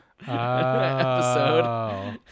episode